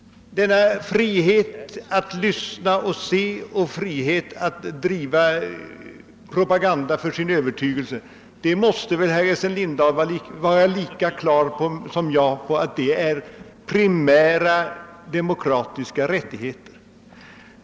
Denna frihet att lyssna och se och frihet att driva propaganda för sin övertygelse måste väl herr Essen Lindahl lika väl som jag anse vara primära demokratiska rättigheter.